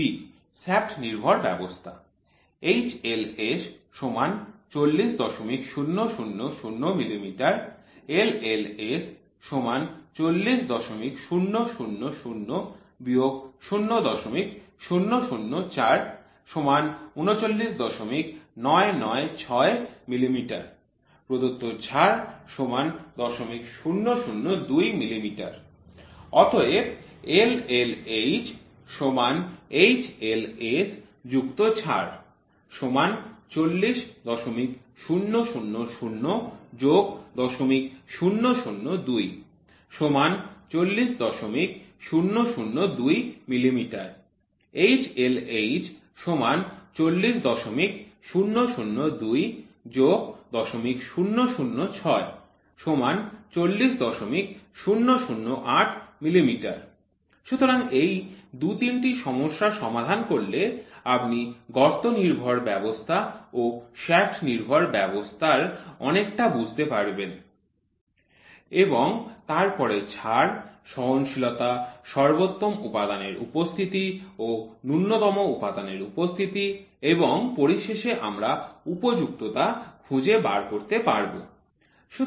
shaft নির্ভর ব্যবস্থা HLS ৪০০০০ মিমি LLS ৪০০০০ ০০০৪ ৩৯৯৯৬ মিমি প্রদত্ত ছাড় ০০০২ মিমি অতএব LLH HLS ছাড় ৪০০০০ ০০০২ ৪০০০২ মিমি HLH ৪০০০২ ০০০৬ ৪০০০৮ মিমি সুতরাং এই ২ ৩ টি সমস্যা সমাধান করলে আপনি গর্ত নির্ভর ব্যবস্থা ও শ্য়াফ্ট নির্ভর ব্যবস্থা অনেকটা বুঝতে পারবেন এবং তারপরে ছাড় সহনশীলতা সর্বোত্তম উপাদানের উপস্থিতি ও ন্যূনতম উপাদানের উপস্থিতি এবং পরিশেষে আমরা উপযুক্ততা খুঁজে বার করতে পারব